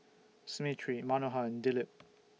Smriti Manohar and Dilip